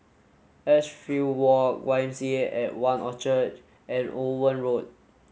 Edgefield Walk Y M C A at One Orchard and Owen Road